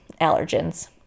allergens